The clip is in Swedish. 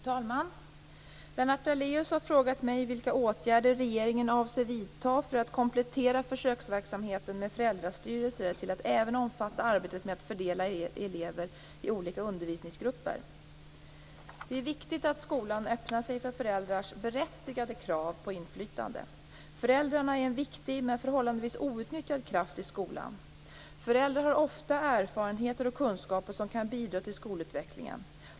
Fru talman! Lennart Daléus har frågat mig vilka åtgärder regeringen avser att vidta för att komplettera försöksverksamheten med föräldrastyrelser till att även omfatta arbetet med att fördela elever i olika undervisningsgrupper. Det är viktigt att skolan öppnar sig för föräldrars berättigade krav på inflytande. Föräldrarna är en viktig men förhållandevis outnyttjad kraft i skolan. Föräldrar har ofta erfarenheter och kunskaper som kan bidra till skolutvecklingen.